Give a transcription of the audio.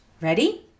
Ready